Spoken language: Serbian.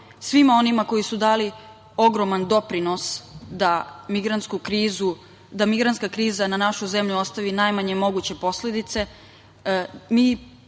svima onima koji su dali ogroman doprinos da migrantska kriza na našu zemlju ostavi najmanje moguće posledice.